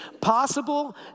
possible